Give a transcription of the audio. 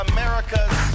America's